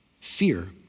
Fear